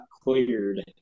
cleared